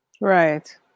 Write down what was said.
Right